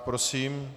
Prosím.